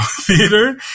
theater